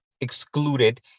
excluded